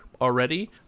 already